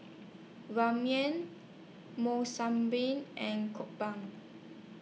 Ramyeon Monsunabe and